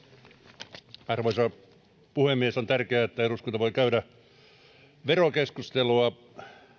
arvoisa puhemies on tärkeää että eduskunta voi käydä verokeskustelua